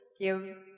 give